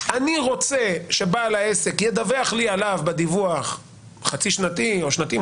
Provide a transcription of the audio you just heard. אני רוצה שבעל העסק ידווח לי עליו בדיווח חצי שנתי או שנתי,